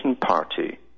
party